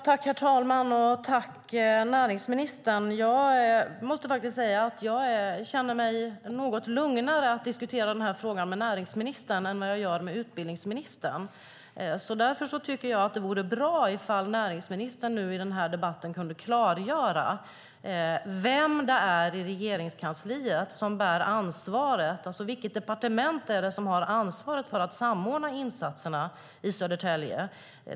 Herr talman! Tack, näringsministern! Jag måste säga att jag känner mig något lugnare när jag diskuterar den här frågan med näringsministern än när jag gör det med utbildningsministern. Därför tycker jag att det vore bra om näringsministern i den här debatten kunde klargöra vilket departement det är som bär ansvaret för att samordna insatserna i Södertälje.